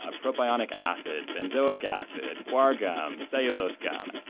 ah propionic acid, benzoic acid, guar gum, cellulose gum.